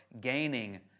gaining